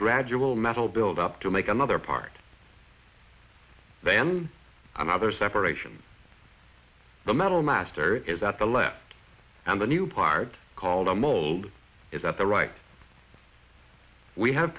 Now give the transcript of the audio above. gradual metal build up to make another part than another separation the metal master is at the left and a new part called a mold is at the right we have